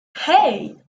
hey